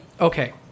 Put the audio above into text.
okay